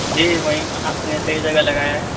جی وہیں آپ نے صحیح جگہ لگایا ہے